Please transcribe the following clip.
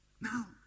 Now